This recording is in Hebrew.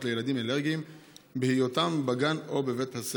לילדים אלרגיים בהיותם בגן או בבית הספר.